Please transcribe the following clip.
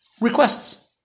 Requests